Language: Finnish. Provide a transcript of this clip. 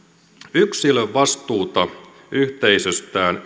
yksilön vastuuta yhteisöstään